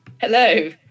Hello